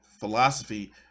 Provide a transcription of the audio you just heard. philosophy